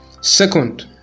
Second